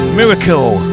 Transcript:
miracle